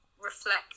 reflect